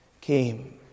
came